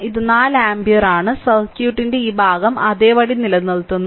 ഇത് 4 ആമ്പിയർ ആണ് സർക്യൂട്ടിന്റെ ഈ ഭാഗം അതേപടി നിലനിർത്തുന്നു